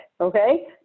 okay